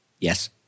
Yes